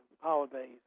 holidays